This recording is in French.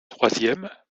troisième